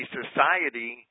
society